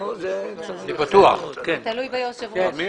אני מתכבד לפתוח את ישיבת ועדת הכספים.